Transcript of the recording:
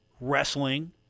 wrestling